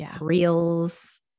reels